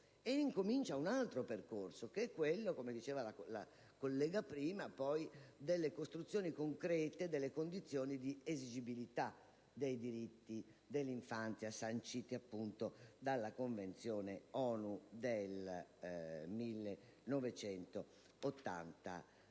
ed incomincia un altro percorso, quello - come evidenziava la collega in precedenza - della costruzione concreta delle condizioni di esigibilità dei diritti dell'infanzia sanciti appunto dalla Convenzione ONU del 1989.